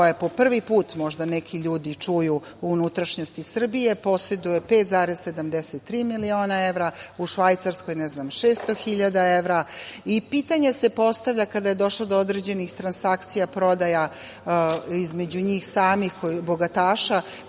koja po prvi put možda neki ljudi čuju u unutrašnjosti Srbije, poseduje 5,73 miliona evra, u Švajcarskom 600.000 evra. Pitanje se postavlja kada je došlo do određenih transakcija prodaja između njih samih bogataša